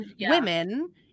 women